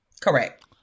Correct